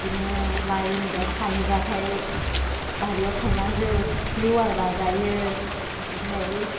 बिदिनो लाइ मेगं खानोबाथाइ बारियाव थांनांगो लिवार बाजायो आमफाय